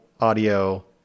audio